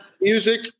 music